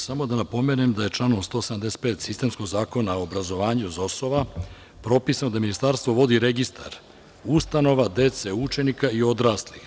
Samo da napomenem da je članom 175. sistemskog zakona o obrazovanju, ZOSOV, propisano da ministarstvo vodi registar ustanova dece, učenika i odraslih.